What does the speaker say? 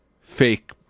fake